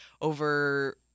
over